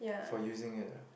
for using it ah